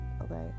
Okay